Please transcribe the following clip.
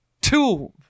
Two